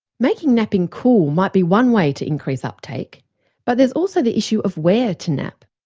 making napping cool might be one way to increase uptake but there's also the issue of where to nap?